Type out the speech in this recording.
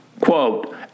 quote